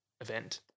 event